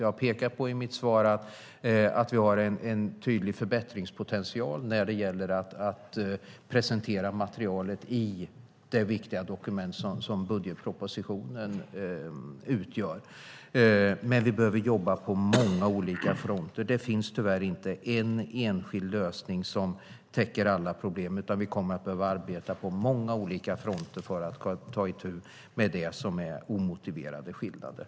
Jag har pekat på att vi har en tydlig förbättringspotential när det gäller att presentera materialet i det viktiga dokument som budgetpropositionen utgör. Men vi behöver jobba på många olika fronter. Det finns tyvärr inte en enskild lösning som täcker in alla problem, utan vi kommer att behöva arbeta på många olika fronter för att ta itu med omotiverade skillnader.